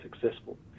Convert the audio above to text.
successful